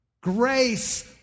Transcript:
grace